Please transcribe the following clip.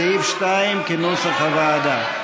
סעיף 2, כנוסח הוועדה.